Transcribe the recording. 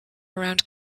around